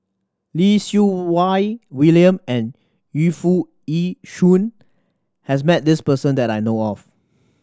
Lee Siew Wai William and Yu Foo Yee Shoon has met this person that I know of